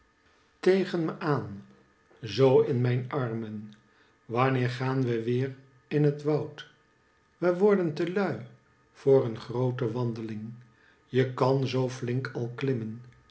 tegen mc aan zoo in mijn armen wanneer gaan we weer in het woud we worden telui voor een groote wandeling je kan zoo flink al klimmen